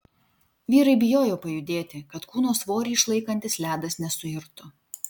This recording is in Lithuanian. vyrai bijojo pajudėti kad kūno svorį išlaikantis ledas nesuirtų